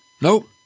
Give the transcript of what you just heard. Nope